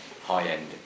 high-end